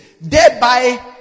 thereby